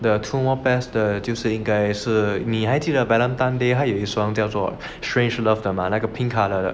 the two more pairs the 就是因该是是你还记得 valentine's day 还有一双叫做 strangelove 的吗那个 pink colour 的